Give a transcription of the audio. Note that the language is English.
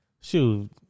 shoot